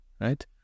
right